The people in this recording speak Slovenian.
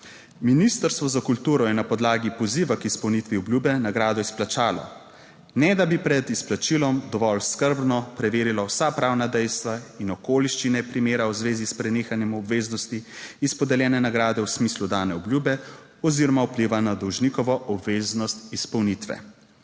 Ministrstvo za kulturo je na podlagi poziva k izpolnitvi obljube nagrado izplačalo, ne da bi pred izplačilom dovolj skrbno preverilo vsa pravna dejstva in okoliščine primera v zvezi s prenehanjem obveznosti iz podeljene nagrade v smislu dane obljube oziroma vpliva na dolžnikovo obveznost izpolnitve.